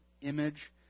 image